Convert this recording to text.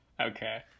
Okay